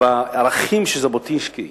בערכים שז'בוטינסקי